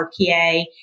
RPA